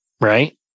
right